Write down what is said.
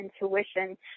intuition